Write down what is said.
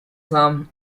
some